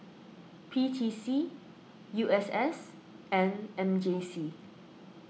P T C U S S and M J C